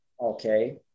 Okay